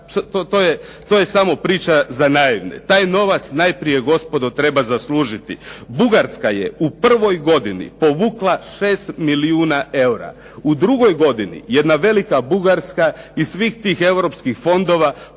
to je samo priča za naivne. Taj novac najprije gospodo treba zaslužiti. Bugarska je u prvoj godini povukla 6 milijuna eura. U drugoj godini jedna velika Bugarska iz svih tih europskih fondova